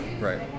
right